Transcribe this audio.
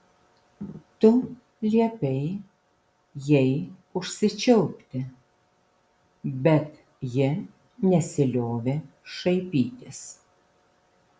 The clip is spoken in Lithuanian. tu liepei jai užsičiaupti bet ji nesiliovė šaipytis